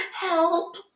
Help